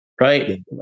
right